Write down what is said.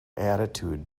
attitude